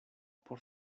por